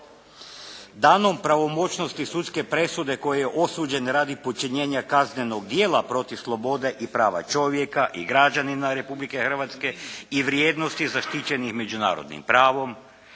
Danom pravomoćnosti sudske presude kojom je osuđen radi počinjenja kaznenog djela protiv slobode i prava čovjeka i građanina Republike Hrvatske i vrijednosti zaštićenih međunarodnim pravom.